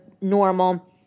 normal